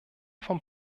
vom